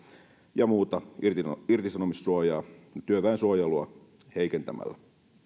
ja muuta irtisanomissuojaa työväen suojelua heikentämällä